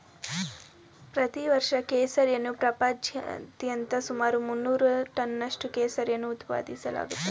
ಪ್ರತಿ ವರ್ಷ ಕೇಸರಿಯನ್ನ ಪ್ರಪಂಚಾದ್ಯಂತ ಸುಮಾರು ಮುನ್ನೂರು ಟನ್ನಷ್ಟು ಕೇಸರಿಯನ್ನು ಉತ್ಪಾದಿಸಲಾಗ್ತಿದೆ